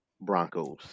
Broncos